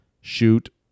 Shoot